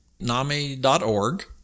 nami.org